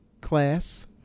class